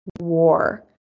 war